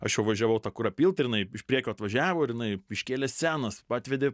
aš jau važiavau tą kurą pilt ir jinai iš priekio atvažiavo ir jinai iškėlė senas atvedė